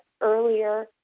earlier